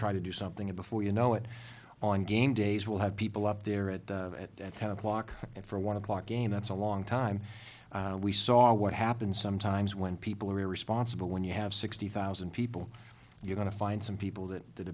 try to do something it before you know it on game days we'll have people up there at the at ten o'clock and for a one o'clock game that's a long time we saw what happened sometimes when people are responsible when you have sixty thousand people you're going to find some people that did